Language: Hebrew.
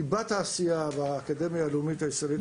ליבת העשייה באקדמיה הלאומית הישראלית